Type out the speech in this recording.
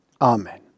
Amen